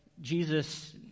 Jesus